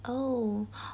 oh